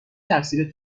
تقصیر